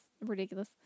ridiculous